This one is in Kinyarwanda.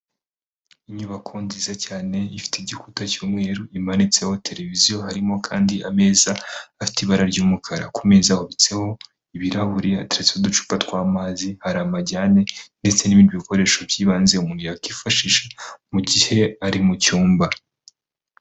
Inyubako nziza cyane ifite igikuta cy'umweru imanitseho televiziyo harimo kandi ameza afite ibara ry'umukara ku meza hobitseho ibirahuri yateretse uducupa twa'amazi hari amajyane ndetse n'ibindi bikoresho by'ibanze umuntu yakifashisha mu gihe ari mu cyumba.